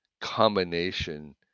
combination